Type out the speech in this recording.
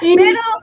pero